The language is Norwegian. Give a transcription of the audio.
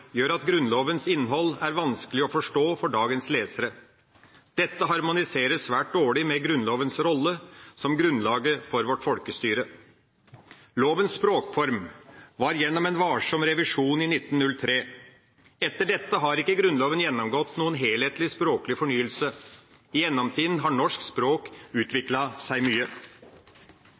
gjør at Grunnlovens innhold er vanskelig å forstå for dagens lesere. Dette harmoniserer svært dårlig med Grunnlovens rolle som grunnlaget for vårt folkestyre. Lovens språkform var gjennom en varsom revisjon i 1903. Etter dette har ikke Grunnloven gjennomgått noen helhetlig språklig fornyelse. I mellomtida har norsk språk utviklet seg mye.